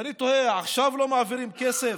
אני תוהה, עכשיו לא מעבירים כסף?